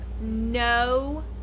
no